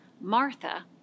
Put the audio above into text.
Martha